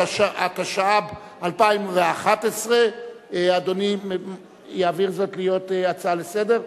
התשע"ב 2011. אדוני יעביר זאת להצעה לסדר?